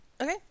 Okay